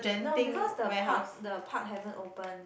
no because the park the park haven't open